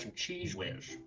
and cheese whiz.